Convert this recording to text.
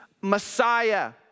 Messiah